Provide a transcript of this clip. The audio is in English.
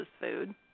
food